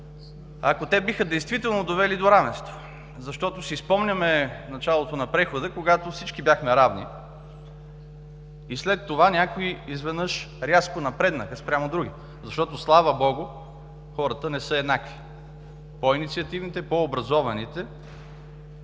ако те действително биха довели до равенство. Спомняме си началото на прехода, когато всички бяхме равни и след това някои изведнъж рязко напреднаха спрямо другите, защото, слава богу, хората не са еднакви. По-инициативните, по-образованите